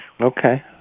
Okay